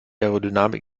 aerodynamik